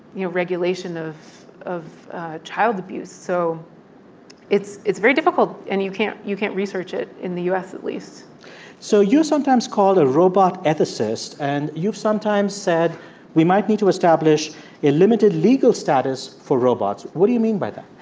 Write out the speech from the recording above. you know, regulation of of child abuse. so it's it's very difficult. and you can't you can't research it in the u s, at least so you're sometimes called a robot ethicist. and you've sometimes said we might need to establish a limited legal status for robots. what do you mean by that?